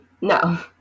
No